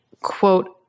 quote